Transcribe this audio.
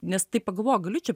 nes taip pagalvoju galiu čia